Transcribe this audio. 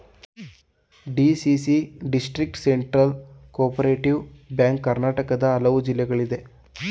DCC district central cooperative banks ಕರ್ನಾಟಕದ ಹಲವು ಜಿಲ್ಲೆಗಳಲ್ಲಿದೆ